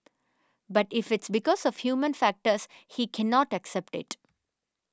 but if it's because of human factors he cannot accept it